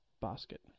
basket